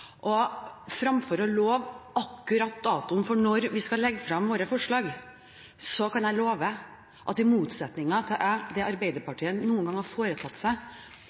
å love en eksakt dato for når vi skal legge frem våre forslag, kan jeg love at i motsetning til det Arbeiderpartiet noen gang har foretatt seg